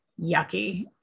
yucky